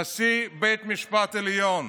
נשיא בית המשפט העליון,